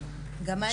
גם אני.